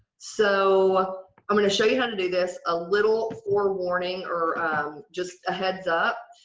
so i'm going to show you how to do this a little forewarning or just a heads up.